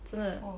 真的